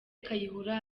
kayihura